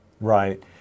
Right